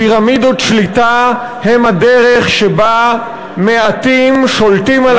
פירמידות שליטה הן הדרך שבה מעטים שולטים על הציבור,